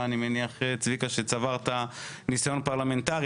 אני מניח שצברת שם, צביקה, ניסיון פרלמנטרי.